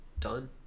done